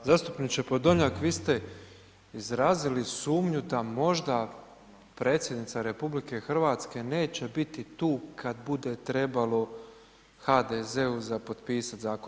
Zastupniče Podolnjak, vi ste izrazili sumnju da možda predsjednica RH neće biti tu kad bude trebalo HDZ-u za potpisati zakon.